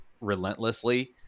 relentlessly